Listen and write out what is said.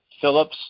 Phillips